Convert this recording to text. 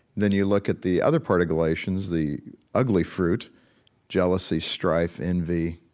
then you look at the other part of galatians, the ugly fruit jealousy, strife, envy,